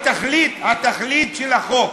התכלית של החוק.